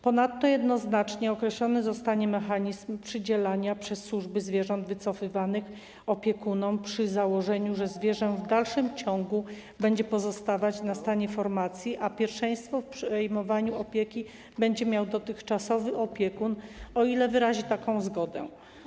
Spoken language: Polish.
Ponadto jednoznacznie określony zostanie mechanizm przydzielania przez służby wycofywanych zwierząt opiekunom, przy założeniu, że zwierzę w dalszym ciągu będzie pozostawać na stanie formacji, a pierwszeństwo w przejmowaniu opieki będzie miał dotychczasowy opiekun, o ile wyrazi taką zgodę.